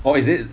oh is it